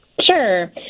sure